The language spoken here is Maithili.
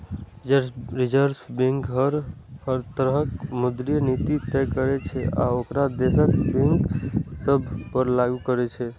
रिजर्व बैंक हर तरहक मौद्रिक नीति तय करै छै आ ओकरा देशक बैंक सभ पर लागू करै छै